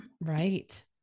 right